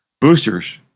boosters